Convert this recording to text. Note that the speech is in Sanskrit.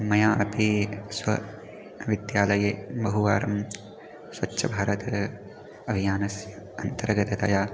मया अपि स्वविद्यालये बहुवारं स्वच्छभारत अभियानस्य अन्तर्गततया